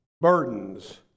burdens